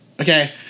Okay